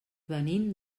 venim